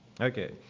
Okay